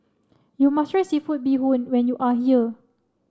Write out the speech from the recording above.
you must try seafood bee hoon when you are here